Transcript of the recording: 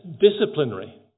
disciplinary